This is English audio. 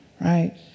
right